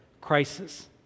crisis